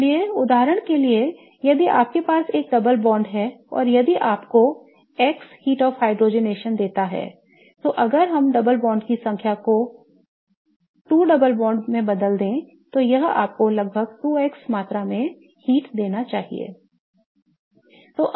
इसलिए उदाहरण के लिए यदि आपके पास एक डबल बॉन्ड है और यदि यह आपको x heat of hydrogenation देता है तो अगर हम डबल बॉन्ड की संख्या को 2 डबल बॉन्ड में बदलते हैं तो यह आपको लगभग 2x मात्रा में heat देना चाहिए